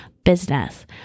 business